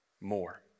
more